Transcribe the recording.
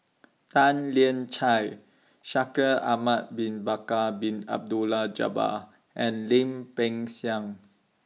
Tan Lian Chye Shaikh Ahmad Bin Bakar Bin Abdullah Jabbar and Lim Peng Siang